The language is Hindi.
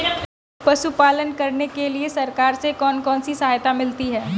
पशु पालन करने के लिए सरकार से कौन कौन सी सहायता मिलती है